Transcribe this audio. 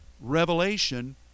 revelation